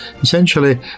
essentially